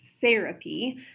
therapy